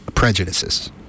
Prejudices